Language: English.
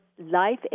life